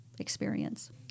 experience